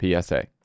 PSA